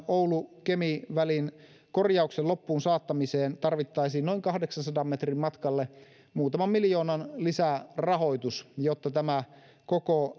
oulu kemi välin korjauksen loppuun saattamiseen tarvittaisiin noin kahdeksansadan metrin matkalle muutaman miljoonan lisärahoitus jotta tämä koko